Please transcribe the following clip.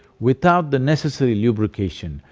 without the necessary lubrication,